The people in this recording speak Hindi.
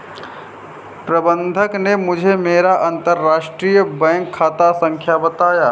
प्रबन्धक ने मुझें मेरा अंतरराष्ट्रीय बैंक खाता संख्या बताया